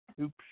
Oops